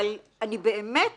אבל אני באמת חשבתי,